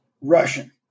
Russian